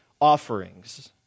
offerings